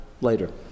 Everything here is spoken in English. later